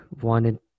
wanted